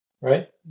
right